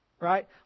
Right